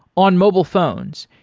on mobile phones,